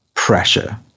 pressure